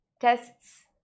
tests